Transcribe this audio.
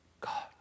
God